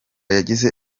yagize